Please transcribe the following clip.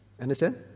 understand